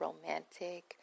romantic